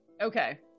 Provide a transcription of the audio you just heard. Okay